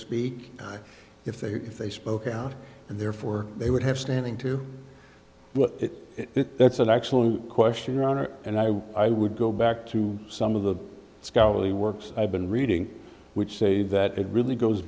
speak if they if they spoke out and therefore they would have standing to it that's an excellent question your honor and i i would go back to some of the scholarly works i've been reading which say that it really goes